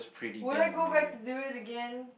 would I go back to do it again